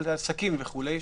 על עסקים וכולי.